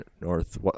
north